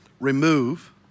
remove